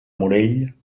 morell